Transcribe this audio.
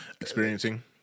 experiencing